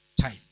time